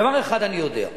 דבר אחד אני יודע,